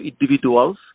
individuals